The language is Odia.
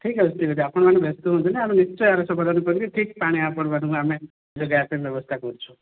ଠିକ୍ ଅଛି ଠିକ୍ ଅଛି ଆପଣମାନେ ବ୍ୟସ୍ତ ହୁଅନ୍ତୁନି ଆମେ ନିଶ୍ଚୟ ଏହାର ସମାଧାନ କରିକି ଠିକ୍ ପାଣି ଆପଣମାନଙ୍କୁ ଆମେ ଯୋଗାଇବା ପାଇଁ ବ୍ୟବସ୍ଥା କରୁଛୁ